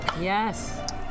Yes